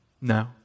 No